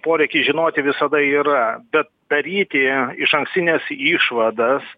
poreikis žinoti visada yra bet daryti išankstines išvadas